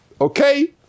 Okay